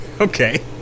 Okay